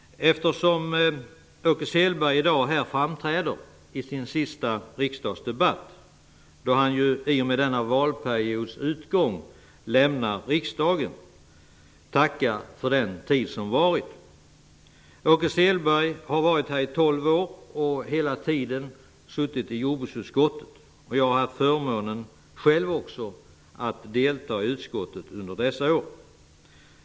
Eftersom Åke Selberg i dag framträder i sin sista riksdagsdebatt i och med att han efter denna valperiods utgång lämnar riksdagen, vill jag tacka för den tid som varit. Åke Selberg har varit här i tolv år och hela tiden suttit med i jordbruksutskottet. Jag har också själv haft förmånen att delta i utskottet under dessa år.